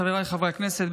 חבריי חברי הכנסת,